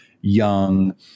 young